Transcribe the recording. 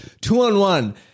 two-on-one